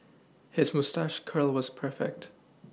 his moustache curl was perfect